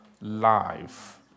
Life